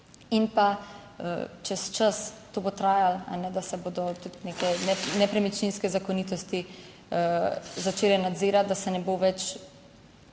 in pa, čez čas, to bo trajalo, da se bodo tudi neke nepremičninske zakonitosti začele nadzirati, da se ne bo več